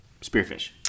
Spearfish